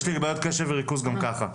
יש לי בעיות קשב וריכוז גם ככה,